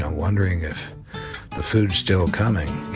ah wondering if the food still coming.